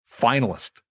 finalist